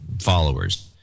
followers